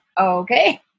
okay